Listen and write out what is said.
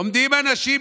עומדים אנשים,